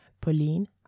Pauline